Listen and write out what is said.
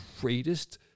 greatest